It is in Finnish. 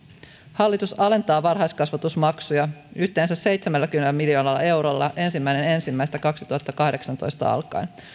hallitus alentaa varhaiskasvatusmaksuja yhteensä seitsemälläkymmenellä miljoonalla eurolla ensimmäinen ensimmäistä kaksituhattakahdeksantoista alkaen